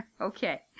Okay